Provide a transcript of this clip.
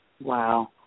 Wow